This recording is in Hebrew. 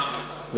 נו, מה.